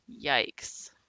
Yikes